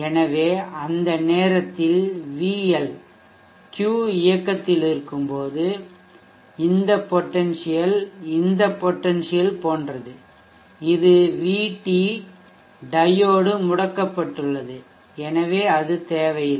எனவே அந்த நேரத்தில் VL Q இயக்கத்தில் இருக்கும்போது இந்த பொடென்சியல் இந்த பொடென்சியல் போன்றது இது VT டையோடு முடக்கப்பட்டுள்ளது எனவே அது தேவையில்லை